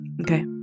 okay